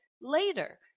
later